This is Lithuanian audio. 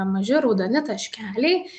maži raudoni taškeliai